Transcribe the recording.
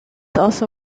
also